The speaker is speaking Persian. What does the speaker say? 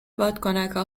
بادکنکا